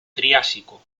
triásico